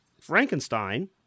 Frankenstein